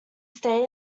stay